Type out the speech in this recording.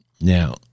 Now